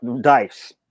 dice